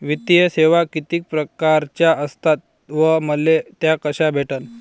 वित्तीय सेवा कितीक परकारच्या असतात व मले त्या कशा भेटन?